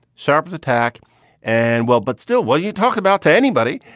sharp as a tack and. well, but still, while you talk about to anybody.